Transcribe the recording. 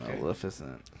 Maleficent